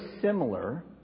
similar